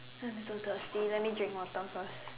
I'm so thirsty let me drink water first